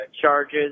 charges